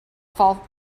fall